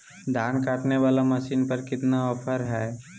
धान काटने वाला मसीन पर कितना ऑफर हाय?